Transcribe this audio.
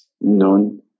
known